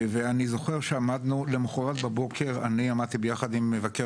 אני זוכר שלמוחרת בבוקר אני עמדתי יחד עם מבקר